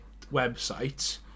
websites